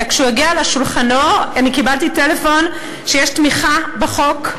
וכשהוא הגיע לשולחנו אני קיבלתי טלפון שיש תמיכה בחוק,